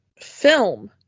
film